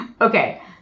Okay